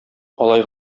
алай